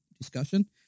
discussion